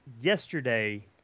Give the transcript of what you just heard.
yesterday